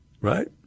right